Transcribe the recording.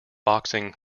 boxing